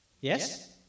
Yes